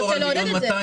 ניתן פטור עד 1.2 מיליון,